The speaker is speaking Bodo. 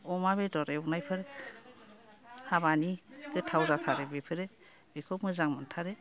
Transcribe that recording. अमा बेदर एवनायफोर हाबानि गोथाव जाथारो बेफोरो बेखौ मोजां मोनथारो